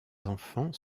enfants